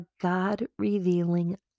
God-revealing